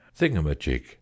Thingamajig